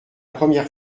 première